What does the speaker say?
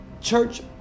Church